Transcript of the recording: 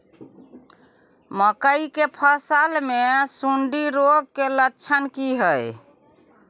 मकई के फसल मे सुंडी रोग के लक्षण की हय?